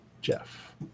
Jeff